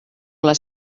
les